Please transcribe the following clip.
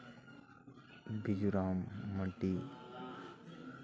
Bijram Mandi